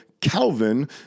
Calvin